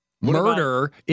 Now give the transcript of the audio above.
murder